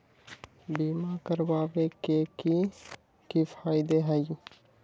बीमा करबाबे के कि कि फायदा हई?